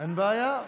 אין בעיה.